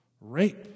rape